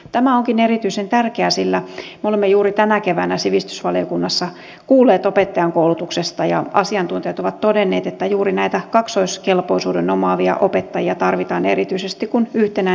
tämä onkin erityisen tärkeää sillä me olemme juuri tänä keväänä sivistysvaliokunnassa kuulleet opettajankoulutuksesta ja asiantuntijat ovat todenneet että juuri näitä kaksoiskelpoisuuden omaavia opettajia tarvitaan erityisesti kun yhtenäinen peruskoulu yleistyy